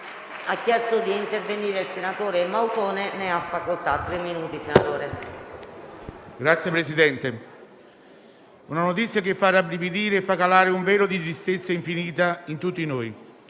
Signor Presidente, una notizia che fa rabbrividire e fa calare un velo di tristezza infinita su tutti noi: